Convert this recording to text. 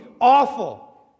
awful